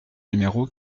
numéro